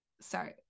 sorry